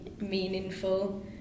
meaningful